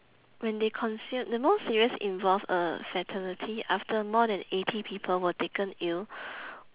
when they consume the most serious involved a fatality after more than eighty people were taken ill